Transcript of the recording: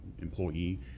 employee